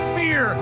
fear